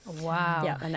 Wow